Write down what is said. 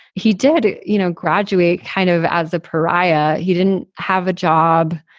he did, you know, graduate kind of as a pariah. he didn't have a job.